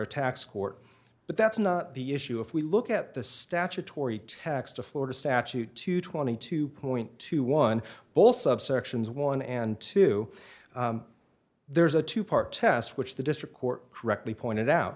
tax court but that's not the issue if we look at the statutory tax to florida statute to twenty two point two one both subsections one and two there's a two part test which the district court correctly pointed out